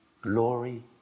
Glory